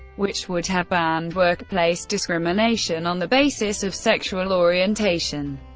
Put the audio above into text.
which would have banned workplace discrimination on the basis of sexual orientation.